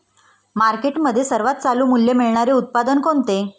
मार्केटमध्ये सर्वात चालू मूल्य मिळणारे उत्पादन कोणते?